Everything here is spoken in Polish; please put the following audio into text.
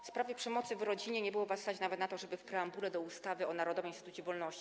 W sprawie przemocy w rodzinie nie było was stać nawet na to, żeby w preambule do ustawy o Narodowym Instytucie Wolności.